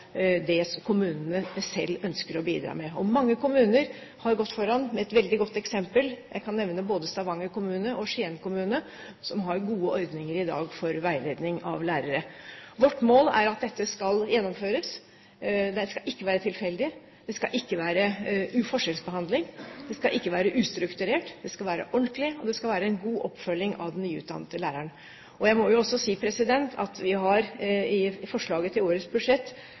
det kommunene selv ønsker å bidra med. Mange kommuner har gått foran med et veldig godt eksempel. Jeg kan nevne både Stavanger kommune og Skien kommune, som har gode ordninger i dag for veiledning av lærere. Vårt mål er at dette skal gjennomføres. Det skal ikke være tilfeldig, det skal ikke være forskjellsbehandling, og det skal ikke være ustrukturert. Det skal være ordentlig, med en god oppfølging av den nyutdannede læreren. Jeg må jo også si at vi i forslaget til årets budsjett